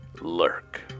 lurk